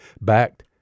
Backed